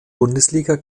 bundesliga